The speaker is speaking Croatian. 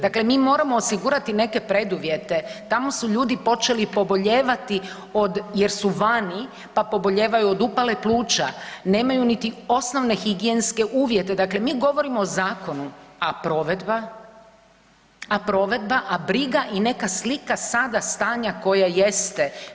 Dakle, mi moramo osigurati neke preduvjete, tamo su ljudi počeli pobolijevati od, jer su vani, pa pobolijevaju od upale pluća, nemaju niti osnovne higijenske uvjete, dakle mi govorimo o zakonu, a provedba, a provedba, a briga i neka slika sada stanja koje jeste.